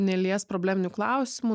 neliest probleminių klausimų